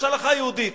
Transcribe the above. יש הלכה יהודית,